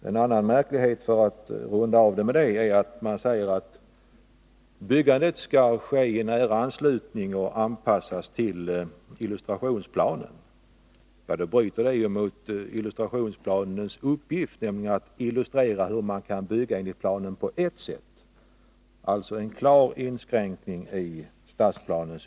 En annan märklighet, för att runda av med detta, är att det sägs att byggandet skall ske i nära anslutning till och anpassas till illustrationsplanen. Det bryter mot illustrationsplanens uppgift, nämligen att illustrera hur man på ett sätt kan bygga enligt planen — alltså en klar inskränkning av stadsplanen.